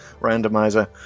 randomizer